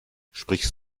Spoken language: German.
sprichst